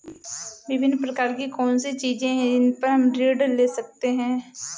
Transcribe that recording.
विभिन्न प्रकार की कौन सी चीजें हैं जिन पर हम ऋण ले सकते हैं?